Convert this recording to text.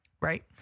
Right